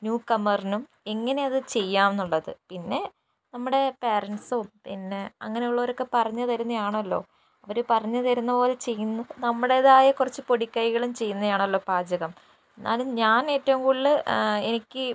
new കമറിനും എങ്ങനെയത് ചെയ്യാം എന്നുള്ളത് പിന്നെ നമ്മുടെ പാരൻ്റ്സും പിന്നെ അങ്ങനെയുള്ളവരൊക്കെ പറഞ്ഞ് തരുന്നതാണല്ലോ അവർ പറഞ്ഞ് തരുന്നതുപോലെ ചെയ്യുന്നു നമ്മുടേതായ കുറച്ച് പൊടിക്കൈകളും ചെയ്യുന്നതാണല്ലോ പാചകം എന്നാലും ഞാൻ ഏറ്റവും കൂടുതൽ എനിക്ക്